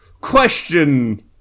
question